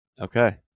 okay